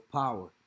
power